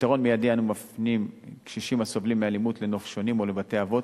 כפתרון מיידי אנו מפנים קשישים הסובלים מאלימות לנופשונים או לבתי-אבות,